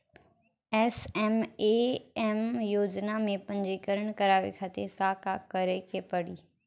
SMAM योजना में पंजीकरण करावे खातिर का का करे के पड़ी?